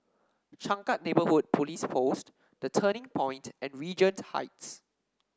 Changkat Neighbourhood Police Post The Turning Point and Regent Heights